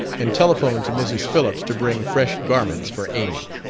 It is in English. and telephoned to mrs. phillips to bring fresh garments for amy.